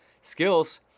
skills